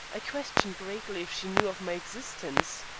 i question greatly if she knew of my existence.